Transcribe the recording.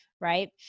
right